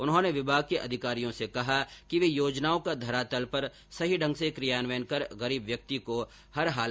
उन्होंने विभाग के अधिकारियों से कहा कि वे योजनाओं का धरातल पर सही ढंग से क्रियान्वयन कर गरीब व्यक्ति को हर हालात में लाभ पहुंचाये